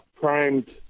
primed